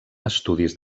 estudis